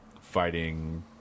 Fighting